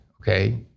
Okay